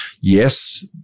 yes